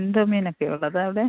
എന്ത് മീനൊക്കെയാണ് ഉള്ളത് അവിടെ